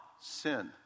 sin